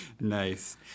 Nice